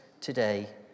today